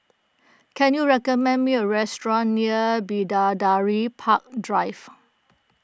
can you recommend me a restaurant near Bidadari Park Drive